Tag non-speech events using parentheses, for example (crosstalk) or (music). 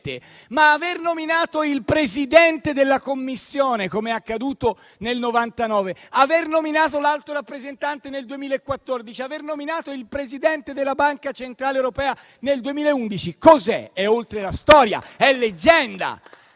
aver nominato il Presidente della Commissione, come è accaduto nel 1999, o aver nominato l'Alto rappresentante nel 2014, o aver nominato il Presidente della Banca centrale europea nel 2011, cosa sono? (applause) È oltre la storia, è leggenda.